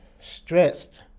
stressed